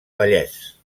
vallès